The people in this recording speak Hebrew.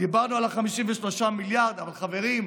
דיברנו על ה-53 מיליארד, אבל חברים,